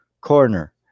corner